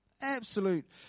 absolute